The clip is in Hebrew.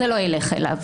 זה לא ילך אליו,